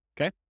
Okay